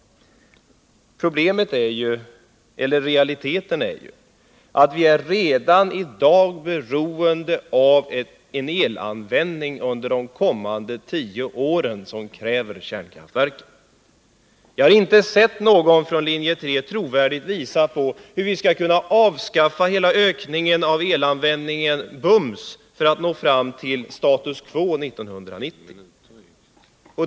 frågar Olof Johansson. Realiteten är ju att vi redan för de kommande tio åren är beroende av en elanvändning som kräver kärnkraftverken. Jag har inte sett någon från linje 3 trovärdigt visa på hur vi skall kunna avskaffa hela ökningen av elanvändningen, vilket vi skulle tvingas till för att inte spränga ramarna.